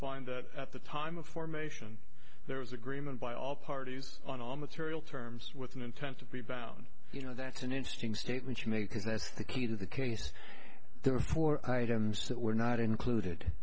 find that at the time of formation there was agreement by all parties on all material terms with an intent to be bound you know that's an interesting statement to make is that the key to the case there were four items that were not included